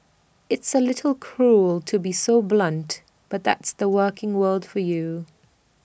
it's A little cruel to be so blunt but that's the working world for you